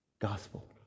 Gospel